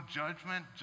judgment